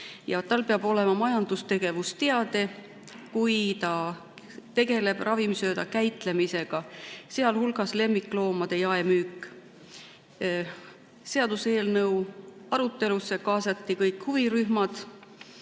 tal peab olema majandustegevusteade, kui ta tegeleb ravimsööda käitlemisega, sealhulgas lemmikloomade [ravimsööda] jaemüügiga. Seaduseelnõu arutelusse kaasati kõik huvirühmad.